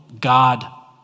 God